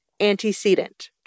antecedent